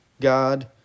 God